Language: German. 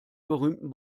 berühmten